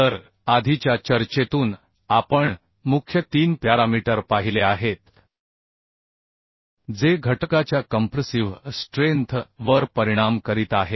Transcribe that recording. तर आधीच्या चर्चेतून आपण मुख्य तीन प्यारामीटर पाहिले आहेत जे घटकाच्या कंप्र्सिव्ह स्ट्रेंथ वर परिणाम करीत आहेत